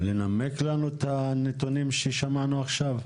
יודע לנמק את הנתונים ששמענו עכשיו?